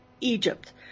Egypt